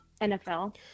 NFL